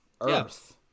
Earth